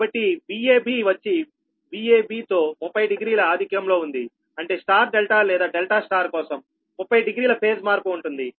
కాబట్టి VAB వచ్చి Vabతో 30 డిగ్రీల ఆధిక్యంలో ఉంది అంటే స్టార్ డెల్టా లేదా డెల్టా స్టార్ కోసం 30 డిగ్రీల ఫేజ్ మార్పు ఉంటుంది